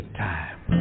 time